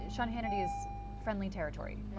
sean hannity is family territory.